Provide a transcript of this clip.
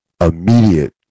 immediate